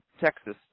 Texas